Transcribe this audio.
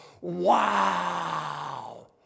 wow